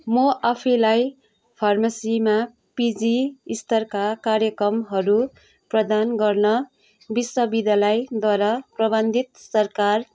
म आफूलाई फार्मेसीमा पिजी स्तरका कार्यक्रमहरू प्रदान गर्न विश्वविद्यालयद्वारा प्रबन्धित सरकार